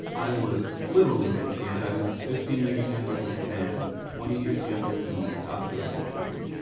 i was literally the kid. i was fifteen years younger than sam, twenty years younger than dr. angelou.